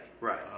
Right